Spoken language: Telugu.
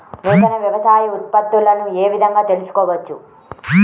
నూతన వ్యవసాయ ఉత్పత్తులను ఏ విధంగా తెలుసుకోవచ్చు?